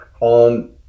on